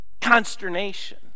consternation